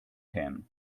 him